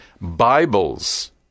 Bibles